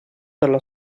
dalla